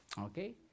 Okay